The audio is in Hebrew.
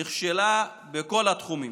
נכשלה בכל התחומים.